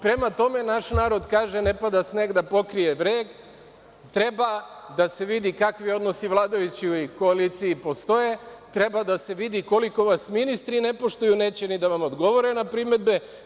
Prema tome, naš narod kaže – ne pada sneg da pokrije breg, treba da se vidi kakvi odnosi u vladajućoj koaliciji postoje, treba da se vidi koliko vas ministri ne poštuju, neće ni da vam odgovore na primedbe.